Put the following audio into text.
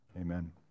Amen